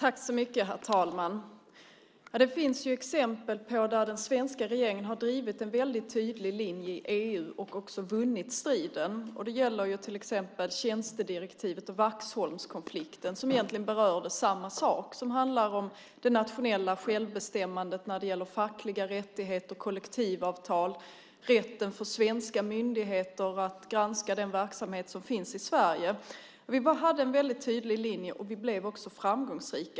Herr talman! Det finns exempel där den svenska regeringen har drivit en väldigt tydlig linje i EU och också vunnit striden. Det gäller till exempel tjänstedirektivet och Vaxholmskonflikten, som egentligen berörde samma sak. Det handlar om det nationella självbestämmandet när det gäller fackliga rättigheter, kollektivavtal och rätten för svenska myndigheter att granska den verksamhet som finns i Sverige. Vi hade en väldigt tydlig linje, och vi blev också framgångsrika.